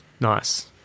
Nice